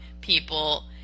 people